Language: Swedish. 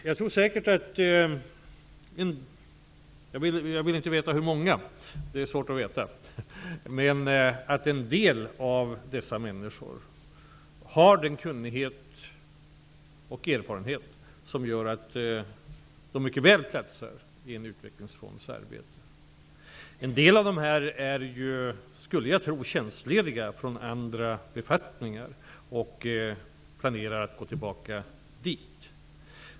Jag tror säkert att en del av dessa människor -- jag vill inte veta hur många -- har sådan kunnighet och erfarenhet som gör att de mycket väl platsar i en utvecklingsfonds arbete. En del av dem, skulle jag tro, är tjänstlediga från andra befattningar och planerar att gå tillbaka dit.